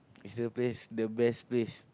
is the place the best place